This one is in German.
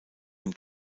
dem